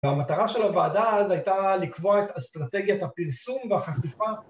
‫והמטרה של הוועדה אז הייתה ‫לקבוע את אסטרטגיית הפרסום והחשיפה.